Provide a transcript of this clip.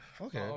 Okay